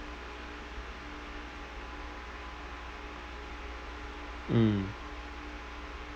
mm